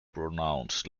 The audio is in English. pronounced